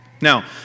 Now